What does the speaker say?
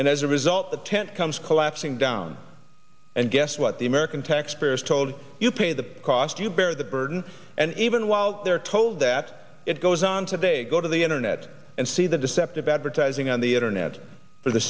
and as a result the tent comes collapsing down and guess what the american taxpayers told you pay the do you bear the burden and even while they're told that it goes on today go to the internet and see the deceptive advertising on the internet